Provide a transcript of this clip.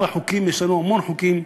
את יודעת, יש לנו המון חוקים,